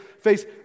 face